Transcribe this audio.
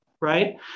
Right